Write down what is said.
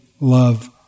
love